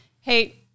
hey